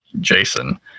Jason